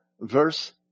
verse